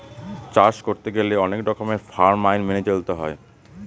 চাষ করতে গেলে অনেক রকমের ফার্ম আইন মেনে চলতে হয়